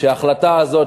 שההחלטה הזאת,